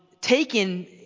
taken